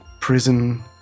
prison